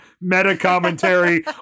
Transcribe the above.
meta-commentary